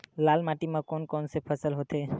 लाल माटी म कोन कौन से फसल होथे?